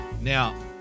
Now